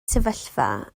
sefyllfa